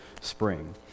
spring